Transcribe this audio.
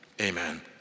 Amen